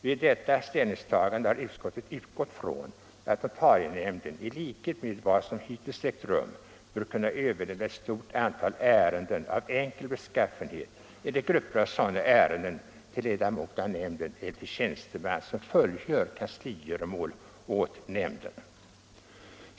Vid detta ställningstagande har utskottet utgått från att notarienämnden i likhet med vad som hittills ägt rum bör kunna överlämna ett stort antal ärenden av enkel beskaffenhet eller grupper av sådana ärenden till ledamot av nämnden eller till tjänsteman som fullgör kansligöromål åt nämnden.